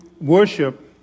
worship